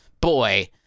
boy